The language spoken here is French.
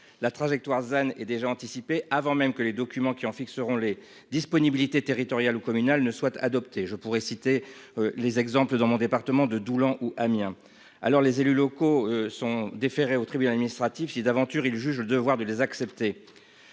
la trajectoire than et déjà anticiper avant même que les documents qui en fixeront les disponibilités territoriale ou communal ne soit adoptée, je pourrais citer les exemples dans mon département de Doulan ou Amiens. Alors les élus locaux sont déférés au tribunal administratif si d'aventure il juge le devoir de les accepter.